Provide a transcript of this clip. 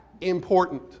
important